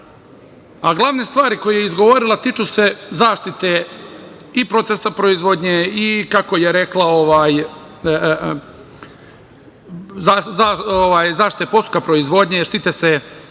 a glavne stvari koje je izgovorila tiču se zaštite i procesa proizvodnje i kako je rekla zaštite postupka proizvodnje, štite se